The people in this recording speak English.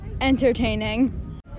entertaining